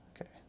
Okay